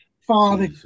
Father